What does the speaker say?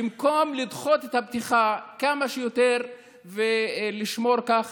במקום לדחות את הפתיחה כמה שיותר ולשמור כך